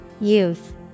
Youth